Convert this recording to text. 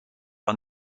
are